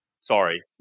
Sorry